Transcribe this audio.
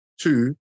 two